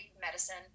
medicine